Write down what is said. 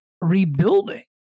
rebuilding